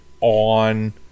on